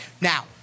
Now